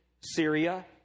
Syria